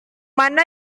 mana